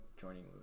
joining